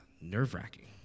nerve-wracking